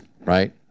right